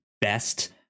best